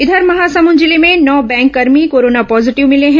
इधर महासमुंद जिले में नौ बैंक कर्मी कोरोना पॉजिटिव मिले हैं